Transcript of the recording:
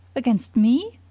against me?